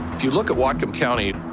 if you look at whatcom county,